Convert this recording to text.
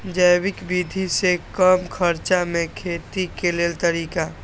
जैविक विधि से कम खर्चा में खेती के लेल तरीका?